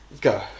Go